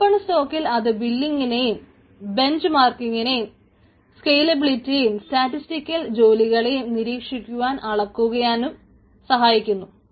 open സ്റ്റോക്കിൽ അത് ബില്ലിങ്ങിനെയും ബൻജ് മാർക്കിങ്ങിനേയും സ്കെയിലബിലിറ്റിയേയും സ്റ്റാറ്റിസ്റ്റിക്കൽ ജോലികളെയും നിരീക്ഷിക്കുവാനും അളക്കുവാനും സഹായിക്കുന്നു